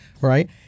Right